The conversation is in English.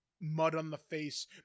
mud-on-the-face